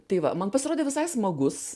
tai va man pasirodė visai smagus